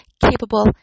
capable